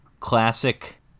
Classic